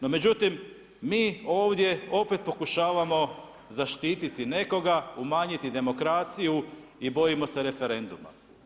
No međutim, mi ovdje opet pokušavamo zaštiti nekoga, umanjiti demokraciju i bojimo se referenduma.